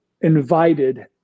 invited